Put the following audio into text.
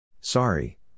Sorry